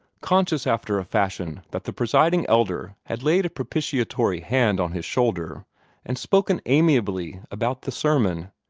conscious after a fashion that the presiding elder had laid a propitiatory hand on his shoulder and spoken amiably about the sermon,